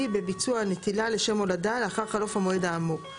בביצוע הנטילה לשם הולדה לאחר חלוף המועד האמור.